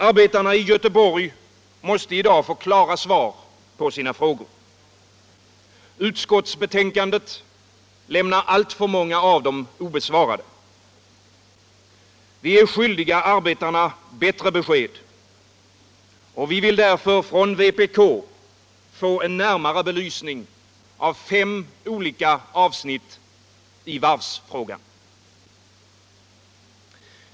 Arbetarna i Göteborg måste i dag få klara svar på sina frågor. Utskottsbetänkandet lämnar alltför många av frågorna obesvarade. Vi är skyldiga arbetarna bättre besked. Vi vill därför från vpk få en närmare belysning av fem olika avsnitt i varvsfrågan.